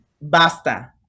basta